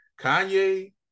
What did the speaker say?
Kanye